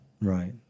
Right